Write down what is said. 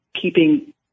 keeping